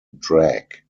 drag